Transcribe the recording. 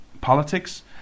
politics